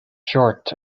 short